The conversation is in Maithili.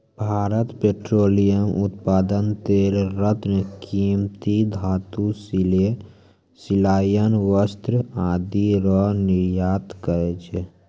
भारत पेट्रोलियम उत्पाद तेल रत्न कीमती धातु सिले सिलायल वस्त्र आदि रो निर्यात करै छै